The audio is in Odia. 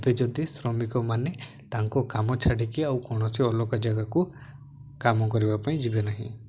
ହେବେ ଯଦି ଶ୍ରମିକମାନେ ତାଙ୍କ କାମ ଛାଡ଼ିକି ଆଉ କୌଣସି ଅଲଗା ଜାଗାକୁ କାମ କରିବା ପାଇଁ ଯିବେ ନାହିଁ